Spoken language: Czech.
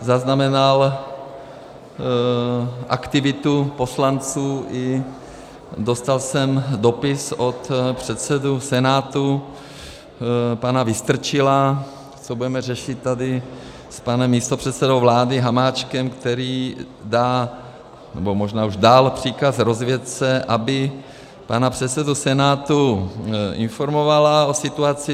Zaznamenal jsem aktivitu poslanců a dostal jsem dopis od předsedy Senátu pana Vystrčila, což budeme řešit tady s panem místopředsedou vlády Hamáčkem, který dá nebo možná už dal příkaz rozvědce, aby pana předsedu Senátu informovala o situaci.